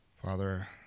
Father